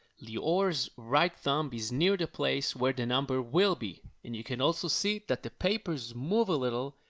lior's right thumb is near the place where the number will be, and you can also see that the papers move a little,